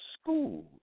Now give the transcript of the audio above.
school